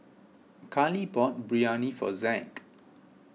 Khalil bought Biryani for Zack